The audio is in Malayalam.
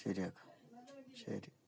ശെരിയാക്കാം ശരി